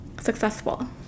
successful